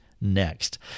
next